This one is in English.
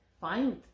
find